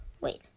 wait